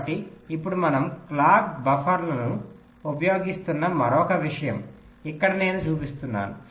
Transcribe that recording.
కాబట్టి ఇప్పుడు మనం క్లాక్ బఫర్లను ఉపయోగిస్తున్న మరొక విషయం ఇక్కడ నేను చూపిస్తున్నాను